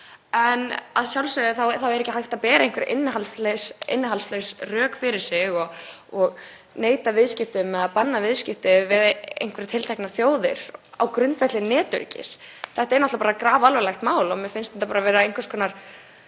Að sjálfsögðu er ekki hægt að bera einhver innihaldslaus rök fyrir sig og neita viðskiptum eða banna viðskipti við einhverjar tilteknar þjóðir á grundvelli netöryggis. Þetta er náttúrlega grafalvarlegt mál og mér finnst það vera einhvers konar